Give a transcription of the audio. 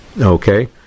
okay